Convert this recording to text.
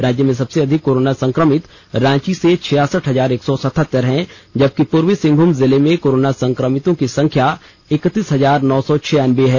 राज्य में सबसे अधिक कोरोना संक्रमित रांची में छियासठ हजार एक सौ सतहत्तर हैं जबकि पूर्वी सिंहभूम जिले में कोरोना संक्रमितों की संख्या इकत्तीस हजार नौ सौ छियानबे है